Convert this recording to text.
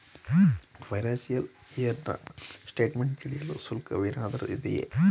Financial year ನ statement ತಿಳಿಯಲು ಶುಲ್ಕವೇನಾದರೂ ಇದೆಯೇ?